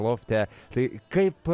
lofte tai kaip